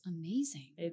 amazing